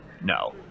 No